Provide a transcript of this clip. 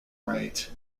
right